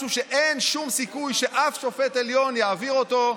משהו שאין שום סיכוי שאף שופט עליון יעביר אותו,